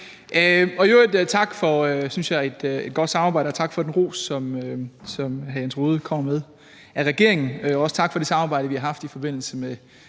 Og i øvrigt tak for, synes jeg, et godt samarbejde, tak for den ros, som hr. Jens Rohde kommer med af regeringen, og også tak for det samarbejde, vi har haft i forbindelse med